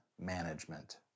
management